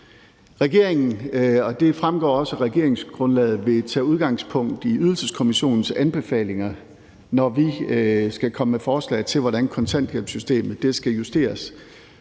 Regeringen, og det fremgår også af regeringsgrundlaget, vil tage udgangspunkt i Ydelseskommissionens anbefalinger, når vi skal komme med forslag til, hvordan kontanthjælpssystemet skal justeres.